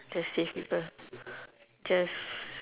just save people just